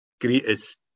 greatest